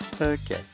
Okay